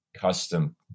custom